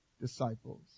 disciples